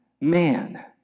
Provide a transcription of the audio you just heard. man